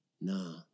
No